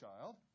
child